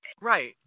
right